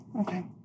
Okay